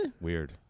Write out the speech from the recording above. weird